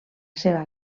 seva